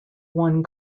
one